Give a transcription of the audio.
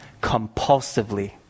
compulsively